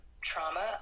trauma